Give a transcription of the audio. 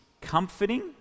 comforting